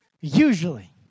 usually